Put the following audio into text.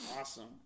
awesome